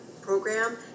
program